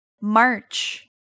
March